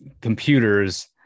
computers